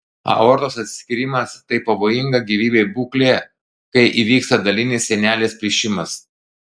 aortos atsiskyrimas tai pavojinga gyvybei būklė kai įvyksta dalinis sienelės plyšimas